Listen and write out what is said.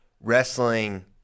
wrestling